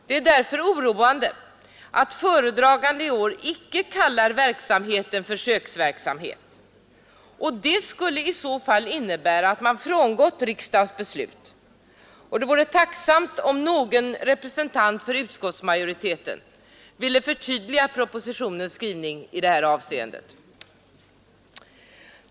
Det är därför oroande att föredragande statsrådet i år icke kallar verksamheten försöksverksamhet, och det skulle i så fall innebära att man frångått riksdagens beslut. Det vore tacknämligt om någon representant för utskottsmajoriteten ville förtydliga propositionens skrivning i detta avseende.